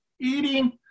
eating